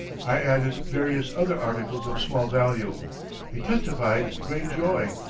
i added various other articles of small value they testified great joy,